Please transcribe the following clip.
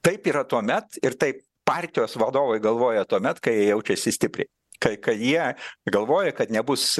taip yra tuomet ir taip partijos vadovai galvoja tuomet kai jaučiasi stipriai kai kad jie galvoja kad nebus